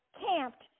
camped